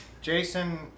Jason